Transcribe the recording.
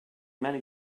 many